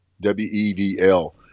W-E-V-L